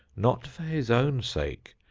not for his own sake,